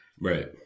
Right